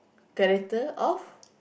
character of